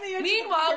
Meanwhile